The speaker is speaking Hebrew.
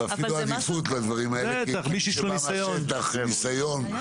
אפילו עדיפות לדברים האלה כי מי שהוא בשטח --- בטח,